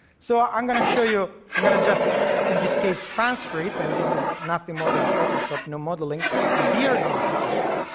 so ah i'm going to show you, i'm going to, in this case, transfer it and this is nothing more than photoshop, no modeling the beard on the subject.